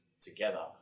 together